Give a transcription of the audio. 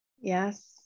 Yes